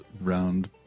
round